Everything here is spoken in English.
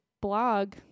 blog